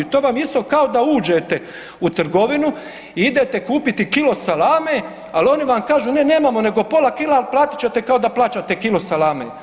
To vam isto kao da uđete u trgovinu i idete kupiti kilo salame, ali oni vam kažu ne nemamo nego pola kile, ali platit ćete kao da plaćate kilo salame.